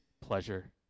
pleasure